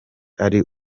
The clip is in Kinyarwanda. ari